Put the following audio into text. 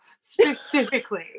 specifically